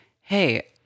Hey